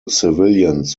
civilians